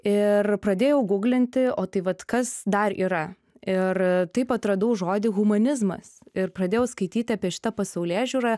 ir pradėjau guglinti o tai vat kas dar yra ir taip atradau žodį humanizmas ir pradėjau skaityti apie šitą pasaulėžiūrą